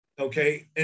Okay